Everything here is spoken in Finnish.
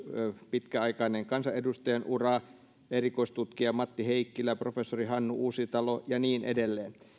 pitkäaikainen kansanedustajan ura erikoistutkija matti heikkilä professori hannu uusitalo ja niin edelleen